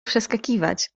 przeskakiwać